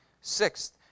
Sixth